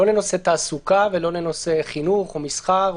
לא לנושא תעסוקה ולא לנושא חינוך או מסחר.